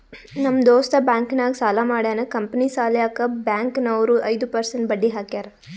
ನಮ್ ದೋಸ್ತ ಬ್ಯಾಂಕ್ ನಾಗ್ ಸಾಲ ಮಾಡ್ಯಾನ್ ಕಂಪನಿ ಸಲ್ಯಾಕ್ ಬ್ಯಾಂಕ್ ನವ್ರು ಐದು ಪರ್ಸೆಂಟ್ ಬಡ್ಡಿ ಹಾಕ್ಯಾರ್